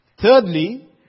Thirdly